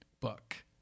book